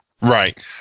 Right